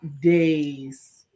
days